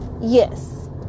Yes